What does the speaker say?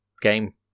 game